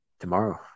Tomorrow